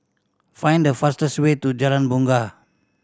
find the fastest way to Jalan Bungar